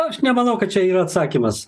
aš nemanau kad čia yra atsakymas